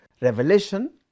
Revelation